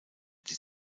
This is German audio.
die